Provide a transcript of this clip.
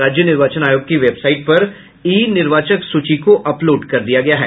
राज्य निर्वाचन आयोग की वेबसाईट पर ई निर्वायक सूची को अपलोड कर दिया गया है